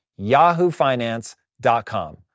yahoofinance.com